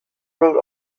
wrote